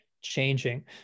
changing